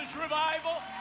revival